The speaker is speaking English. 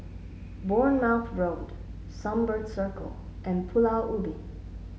Bournemouth Road Sunbird Circle and Pulau Ubin